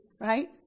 Right